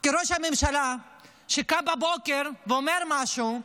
כי ראש ממשלה שקם בבוקר ואומר משהו,